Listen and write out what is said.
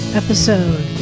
episode